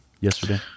yesterday